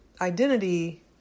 identity